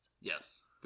Yes